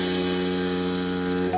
and